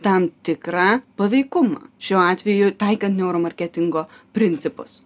tam tikrą paveikumą šiuo atveju taikant neuro marketingo principus